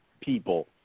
people